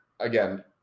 Again